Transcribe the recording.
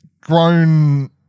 grown